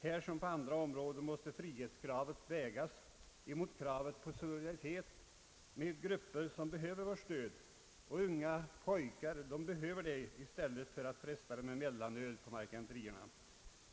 Här som på andra områden måste frihetskravet vägas mot kravet på solidaritet med grupper som behöver vårt stöd; och unga pojkar behöver stöd i stället för att frestas med mellanöl på marketenterierna.